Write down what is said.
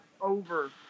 over